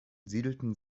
siedelten